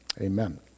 Amen